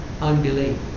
Unbelief